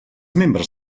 membres